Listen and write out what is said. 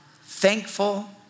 thankful